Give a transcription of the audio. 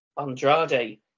Andrade